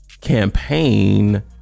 campaign